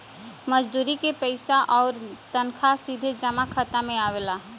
मजदूरी क पइसा आउर तनखा सीधे जमा खाता में आवला